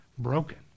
broken